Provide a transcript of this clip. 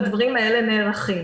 והדברים האלה נערכים.